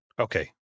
okay